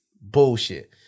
Bullshit